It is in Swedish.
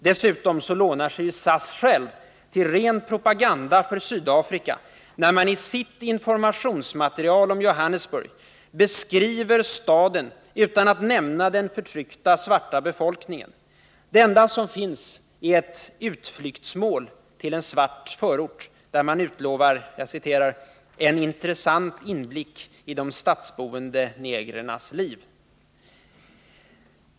Dessutom lånar sig SAS självt till ren propaganda för Sydafrika när det i sitt informationsmaterial om Johannesburg beskriver staden utan att nämna den förtryckta svarta befolkningen. Det enda som finns är ett ”utflyktsmål” till en svart förort där man utlovar en ”intressant inblick i de stadsboende negrernas liv”.